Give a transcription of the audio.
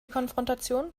konfrontation